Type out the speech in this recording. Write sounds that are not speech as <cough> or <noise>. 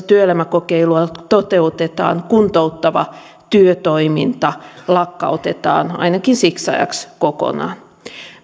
<unintelligible> työelämäkokeilua toteutetaan kuntouttava työtoiminta lakkautetaan ainakin siksi ajaksi kokonaan